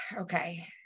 okay